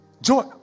joy